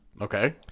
Okay